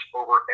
over